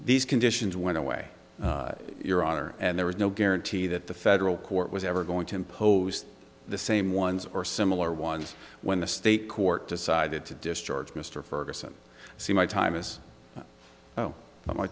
these conditions went away your honor and there was no guarantee that the federal court was ever going to impose the same ones or similar ones when the state court decided to discharge mr ferguson see my time is